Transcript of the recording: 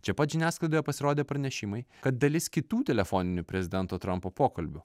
čia pat žiniasklaidoje pasirodė pranešimai kad dalis kitų telefoninių prezidento trampo pokalbių